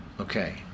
Okay